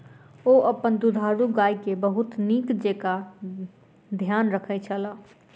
ओ अपन दुधारू गाय के बहुत नीक जेँका ध्यान रखै छला